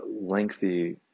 lengthy